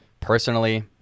personally